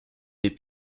des